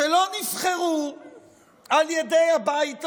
שלא נבחרו על ידי הבית הזה,